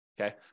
Okay